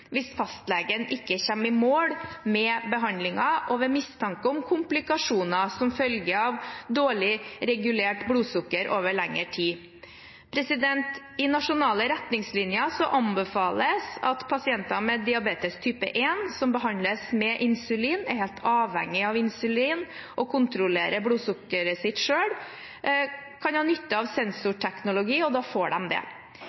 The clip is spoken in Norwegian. hvis fastlegen ikke kommer i mål med behandlingen og ved mistanke om komplikasjoner som følge av dårlig regulert blodsukker over lengre tid. I nasjonale retningslinjer anbefales det at pasienter med diabetes type 1 som behandles med insulin, som er helt avhengig av insulin, og som kontrollerer blodsukkeret sitt selv, kan ha nytte av sensorteknologi, og da får de det.